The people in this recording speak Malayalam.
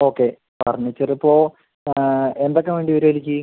ഓക്കെ ഫർണിച്ചർ ഇപ്പോൾ എന്തൊക്കെ വേണ്ടി വരും അതിലേക്ക്